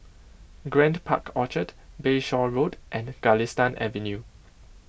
Grand Park Orchard Bayshore Road and Galistan Avenue